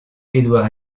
édouard